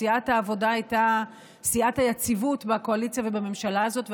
סיעת העבודה הייתה סיעת היציבות בקואליציה ובממשלה הזאת,